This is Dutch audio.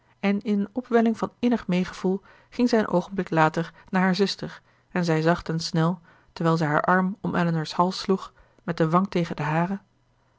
en in een opwelling van innig meegevoel ging zij een oogenblik later naar haar zuster en zei zacht en snel terwijl zij haar arm om elinor's hals sloeg met de wang tegen de hare